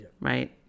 right